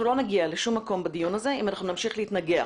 אנחנו לא נגיע לשום מקום בדיון הזה אם אנחנו נמשיך להתנגח.